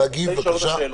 אני רוצה לשאול אותה שאלות.